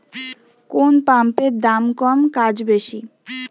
কোন পাম্পের দাম কম কাজ বেশি?